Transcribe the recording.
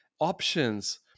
options